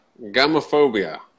Gamophobia